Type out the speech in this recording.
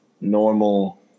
normal